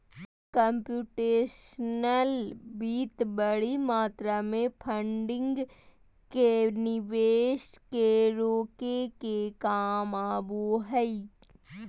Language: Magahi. कम्प्यूटेशनल वित्त बडी मात्रा में फंडिंग के निवेश के रोके में काम आबो हइ